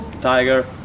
tiger